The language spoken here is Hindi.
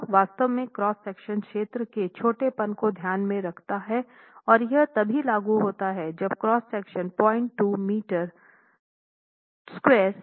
तो यह वास्तव में क्रॉस सेक्शन क्षेत्र के छोटेपन को ध्यान में रखता है और यह तभी लागू होता है जब क्रॉस सेक्शन 02 मीटर 2 से कम हो